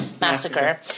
Massacre